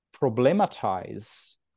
problematize